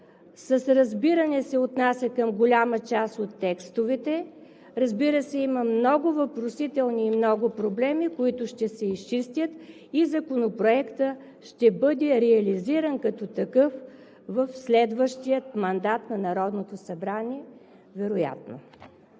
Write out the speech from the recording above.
с разбиране се отнася към голяма част от текстовете. Разбира се, има много въпросителни и много проблеми, които ще се изчистят, и Законопроектът ще бъде реализиран като такъв в следващия мандат на Народното събрание, вероятно.